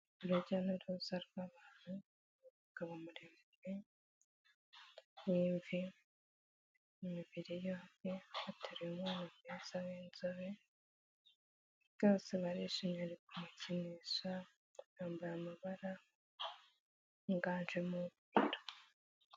Urujya n'uruza rw'abantu, umugabo muremure, n'imvi, imibiri yombi, ateruye umwana mwiza w'inzobe, bose barishimye ari kumukinisha yambaye amabara yiganjemo umweu.